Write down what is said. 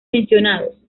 mencionados